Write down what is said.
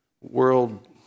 world